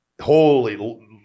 holy